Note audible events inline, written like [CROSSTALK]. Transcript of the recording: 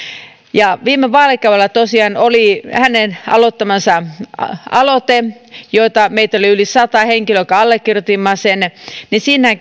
viime vaalikaudella tosiaan oli hänen aloittamansa aloite meitä oli yli sata henkilöä jotka allekirjoitimme sen siinä [UNINTELLIGIBLE]